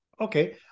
Okay